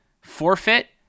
forfeit